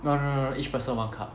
no no no no each person one cup